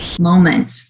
moment